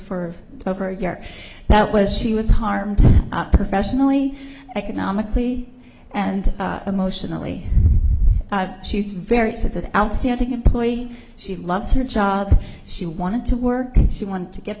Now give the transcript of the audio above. for over a year that was she was harmed professionally economically and emotionally she was very sad that outstanding employee she loves her job she wanted to work she wanted to get